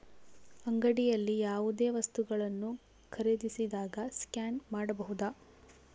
ಅಂಗಡಿಯಲ್ಲಿ ಯಾವುದೇ ವಸ್ತುಗಳನ್ನು ಖರೇದಿಸಿದಾಗ ಸ್ಕ್ಯಾನ್ ಮಾಡಬಹುದಾ?